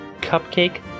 cupcake